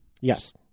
Yes